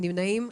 נמנעים?